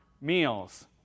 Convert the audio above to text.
meals